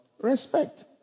Respect